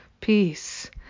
peace